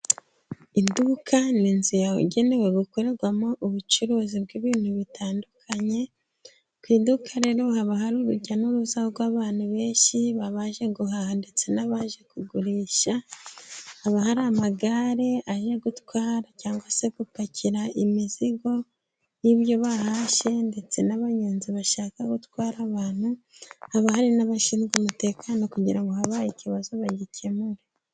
Iduka ni inzu yawe igenewe gukorerwamo ubucuruzi bw'ibintu bitandukanye, ku iduka rero haba hari urujya n'uruza rw'abantu benshi baba baje guhaha ndetse n'abaje kugurisha, aba hari amagare aje gutwara cyangwa se gupakira imizigo, n'ibyo bahashye ndetse n'abanyonzi bashaka gutwara abantu, haba hari n'abashinzwe umutekano kugira ngo habaye ikibazo bagikemure.